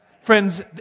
Friends